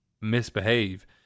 misbehave